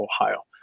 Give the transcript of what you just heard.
Ohio